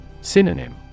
Synonym